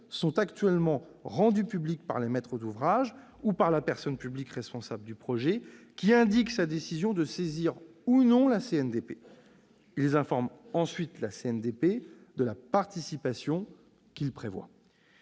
sont actuellement rendus publics par les maîtres d'ouvrage ou par la personne publique responsable du projet qui indiquent leur décision de saisir ou non la CNDP. Ils informent ensuite la CNDP de la participation qu'ils prévoient.